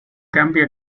cambio